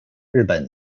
日本